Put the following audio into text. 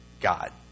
God